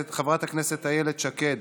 חברת הכנסת איילת שקד,